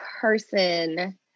person